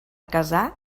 casar